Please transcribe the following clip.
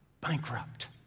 bankrupt